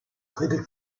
dritte